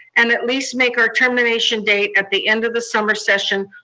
and at least make our termination date at the end of the summer session,